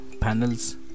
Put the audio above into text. panels